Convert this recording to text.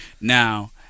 now